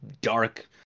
dark